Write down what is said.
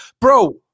Bro